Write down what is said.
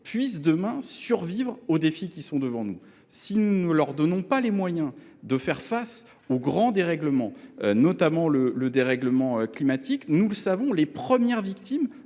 entreprises de survivre aux défis qui sont devant nous. Si nous ne leur donnons pas les moyens de faire face aux grands dérèglements, notamment le dérèglement climatique, elles en seront les premières victimes.